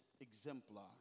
exemplar